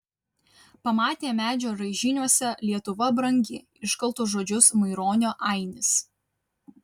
pamatė medžio raižiniuose lietuva brangi iškaltus žodžius maironio ainis